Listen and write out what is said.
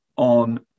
on